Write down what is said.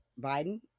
Biden